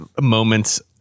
moments